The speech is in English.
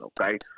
okay